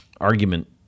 argument